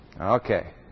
Okay